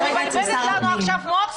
את מבלבלת לנו עכשיו את המוח,